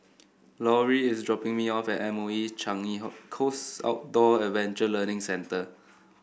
Lauri is dropping me off at M O E Changi Coast Outdoor Adventure Learning Centre